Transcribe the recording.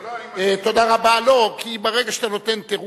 לא, לא, אני מסכים עם אדוני.